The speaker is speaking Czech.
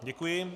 Děkuji.